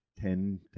ten